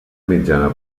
mitjana